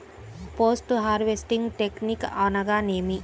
Post harvesting technique అనగా నేమి?